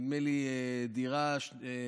נדמה לי שזה היה גם בדירה שלישית.